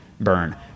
burn